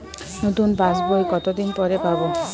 নতুন পাশ বই কত দিন পরে পাবো?